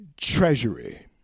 treasury